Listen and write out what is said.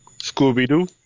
Scooby-Doo